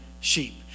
sheep